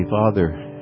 Father